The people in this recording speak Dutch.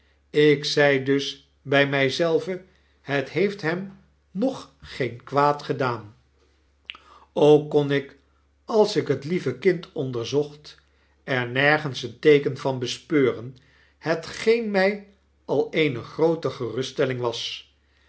ik zei dus bij mij zelve het heeft hem nog geen kwaad gedaan ook kon ik als ik het lieve kind onderzocht er nergens een teeken van bespeuren hetgeen my al eene groote geruststelling was